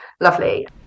lovely